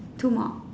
two more